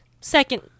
second